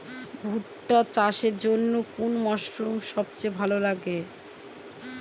ভুট্টা চাষের জন্যে কোন মরশুম সবচেয়ে ভালো?